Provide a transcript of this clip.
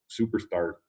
superstar